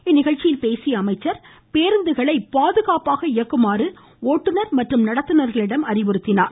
இந்நிகழ்ச்சியில் பேசிய அவர் பேருந்துகளை பாதுகாப்பாக இயக்குமாறு ஓட்டுநர் மற்றும் நடத்துநர்களிடம் அறிவுறுத்தினார்